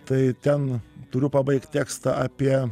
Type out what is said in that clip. tai ten turiu pabaigt tekstą apie